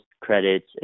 credits